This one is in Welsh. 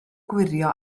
gwirio